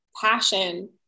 passion